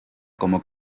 como